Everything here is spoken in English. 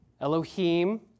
Elohim